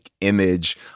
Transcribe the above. image